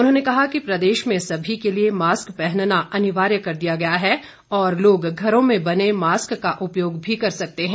उन्होंने कहा कि प्रदेश में सभी के लिए मास्क पहनना अनिवार्य कर दिया गया है और लोग घरों में बने मास्क का उपयोग भी कर सकते हैं